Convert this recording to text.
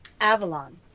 Avalon